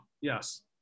yes